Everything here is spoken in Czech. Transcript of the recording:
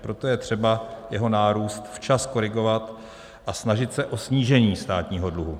Proto je třeba jeho nárůst včas korigovat a snažit se o snížení státního dluhu.